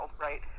Right